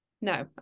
no